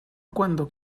cuando